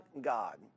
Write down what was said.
God